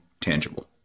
tangible